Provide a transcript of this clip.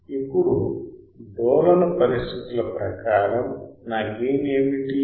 ఇప్పుడు డోలన పరిస్థితుల ప్రకారం నా గెయిన్ ఏమిటి